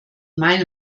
meine